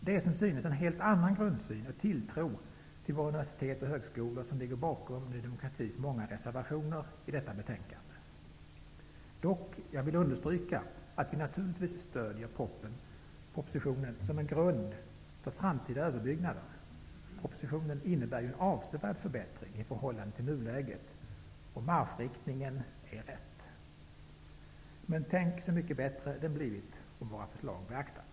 Det är som synes en helt annan grundsyn och tilltro till våra universitet och högskolor som ligger bakom Ny demokratis många reservationer till detta betänkande. Dock vill jag understryka att vi naturligtivs stödjer propositionen som en grund för framtida överbyggnader. Propositionen innebär en avsevärd förbättring i förhållande till nuläget, och marschriktningen är rätt. Men tänk så mycket bättre den hade blivit om våra förslag beaktats!